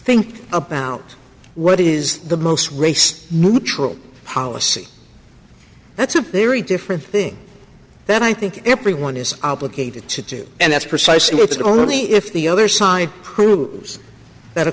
think about what is the most race neutral policy that's a very different thing that i think everyone is obligated to do and that's precisely what the only if the other side hoops that